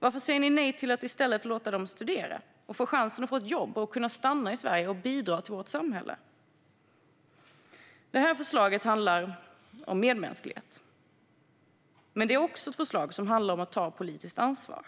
Varför säger ni nej till att i stället låta dem studera och få chansen att få ett jobb, stanna i Sverige och bidra till vårt samhälle? Det här förslaget handlar om medmänsklighet. Men det är också ett förslag som handlar om att ta politiskt ansvar.